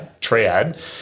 triad